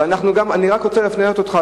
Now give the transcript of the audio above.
אני רק רוצה להפנות אותך,